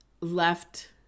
left